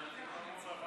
הצעת החוק עברה